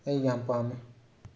ꯑꯩ ꯌꯥꯝ ꯄꯥꯝꯃꯤ